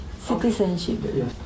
Citizenship